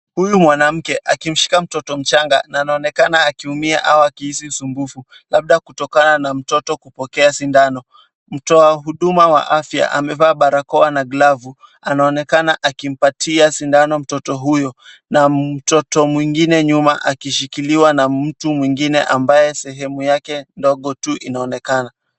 Huyu mwanamke akimshika mtoto mchanga na anaonekana akiumia au akihisi usumbufu labda kutokana na mtoto kupokea sindano. Mtoa huduma wa afya amevaa barakoa na glavu anaonekana akimpatia sindano mtoto huyo na mtoto mwingine nyuma akishikiliwa na mtu mwingine ambaye sehemu yake ndogo tu inaonekana.